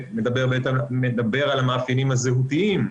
שמדבר על המאפיינים הזהותיים.